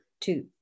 two